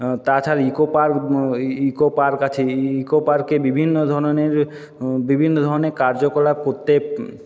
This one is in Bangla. তাছাড়া ইকো পার্ক ই ইকো পার্ক আছে ইকো পার্কে বিভিন্ন ধরনের বিভিন্ন ধরনের কার্যকলাপ করতে